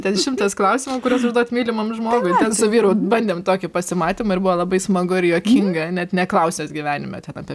ten šimtas klausimų kuriuos užduot mylimam žmogui su vyru bandėm tokį pasimatymą ir buvo labai smagu ir juokinga net neklausęs gyvenime ten apie